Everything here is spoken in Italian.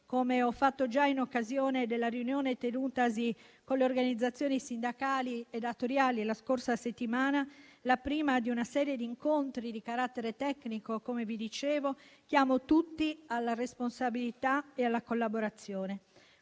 come ho fatto già in occasione della riunione tenutasi con le organizzazioni sindacali e datoriali la scorsa settimana, il primo di una serie di incontri di carattere tecnico, come vi dicevo - chiamo tutti alla responsabilità e alla collaborazione.